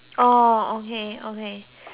okay okay then should be done already